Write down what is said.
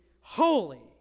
holy